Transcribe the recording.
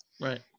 Right